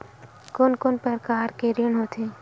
कोन कोन प्रकार के ऋण होथे?